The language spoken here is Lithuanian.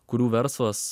kurių verslas